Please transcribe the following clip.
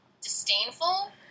disdainful